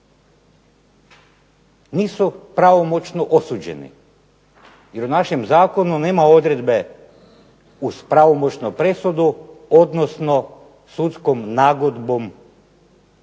nisu pravomoćno osuđeni jer u našem Zakonu nema odredbe uz pravomoćnu presudu odnosno sudskom nagodbom